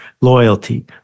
loyalty